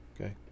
Okay